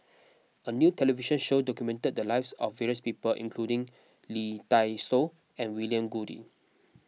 a new television show documented the lives of various people including Lee Dai Soh and William Goode